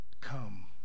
come